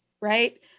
right